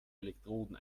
elektroden